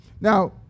Now